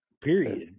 Period